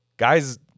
Guys